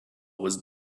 was